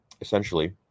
essentially